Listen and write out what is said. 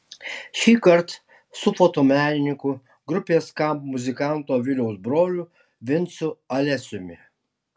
šįkart su fotomenininku grupės skamp muzikanto viliaus broliu vincu alesiumi